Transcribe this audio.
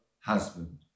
husband